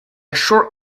short